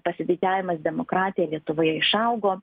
pasididžiavimas demokratija lietuvoje išaugo